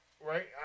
Right